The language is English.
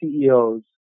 CEOs